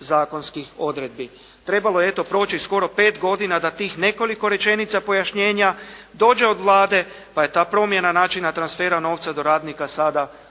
zakonskih odredbi. Trebalo je eto proći skoro 5 godina da tih nekoliko rečenica pojašnjenja dođe od Vlade pa je ta promjena načina transfera novca do radnika sada ozakonjena.